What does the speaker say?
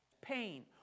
pain